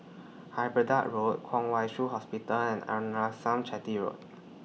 Road Kwong Wai Shiu Hospital and Arnasalam Chetty Road